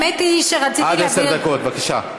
עד עשר דקות, בבקשה.